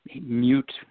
Mute